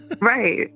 Right